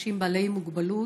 לאנשים בעלי מוגבלות,